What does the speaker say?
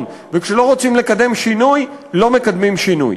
וכשלא רוצים לקדם שינוי לא מקדמים שינוי.